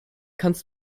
kannst